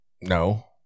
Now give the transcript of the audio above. No